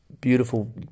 beautiful